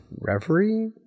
Reverie